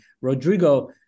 Rodrigo